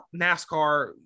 NASCAR